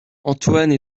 antoine